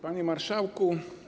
Panie Marszałku!